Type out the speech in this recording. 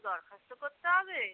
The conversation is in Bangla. দরখাস্ত করতে হবে